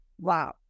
wow